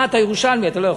אה, אתה ירושלמי, אתה לא יכול.